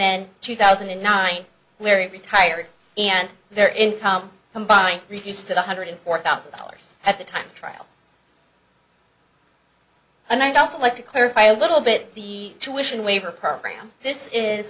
then two thousand and nine very tired and their income combined refused to one hundred four thousand dollars at the time trial and i'd also like to clarify a little bit the tuition waiver program this is